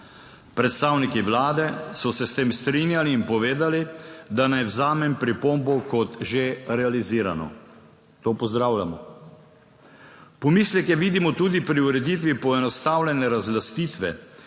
Predstavniki Vlade so se s tem strinjali in povedali, da naj vzamem pripombo kot že realizirano; to pozdravljamo. Pomisleke vidimo tudi pri ureditvi poenostavljene razlastitve,